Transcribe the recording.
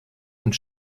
und